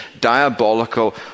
diabolical